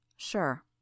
Sure